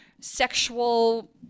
sexual